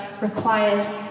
requires